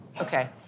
Okay